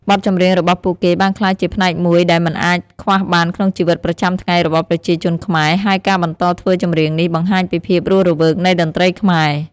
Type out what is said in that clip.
បទចម្រៀងរបស់ពួកគេបានក្លាយជាផ្នែកមួយដែលមិនអាចខ្វះបានក្នុងជីវិតប្រចាំថ្ងៃរបស់ប្រជាជនខ្មែរ ហើយការបន្តធ្វើចម្រៀងនេះបង្ហាញពីភាពរស់រវើកនៃតន្ត្រីខ្មែរ។